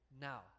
Now